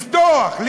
לפתוח,